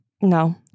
No